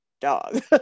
dog